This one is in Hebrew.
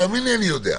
תאמין לי, אני יודע.